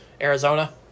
Arizona